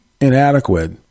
inadequate